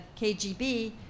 KGB